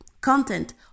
content